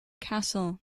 castle